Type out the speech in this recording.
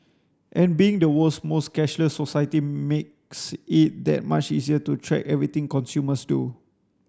and being the world's most cashless society makes it that much easier to track everything consumers do